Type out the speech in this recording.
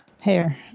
hair